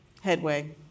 Headway